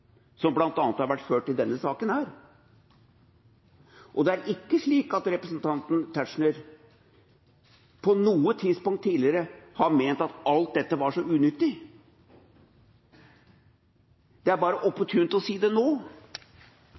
som har vært ført i bl.a. denne saken. Og representanten Tetzschner har ikke på noe tidligere tidspunkt ment at alt dette var så unyttig. Det er bare opportunt å si det nå.